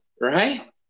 right